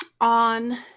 on